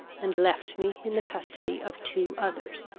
and left me in the custody of two others.